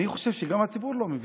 אני חושב שגם הציבור לא מבין.